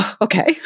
Okay